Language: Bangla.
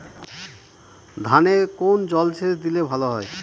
ধানে কোন জলসেচ দিলে ভাল হয়?